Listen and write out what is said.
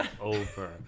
over